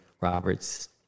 Roberts